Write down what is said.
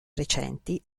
recenti